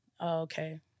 Okay